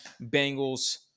Bengals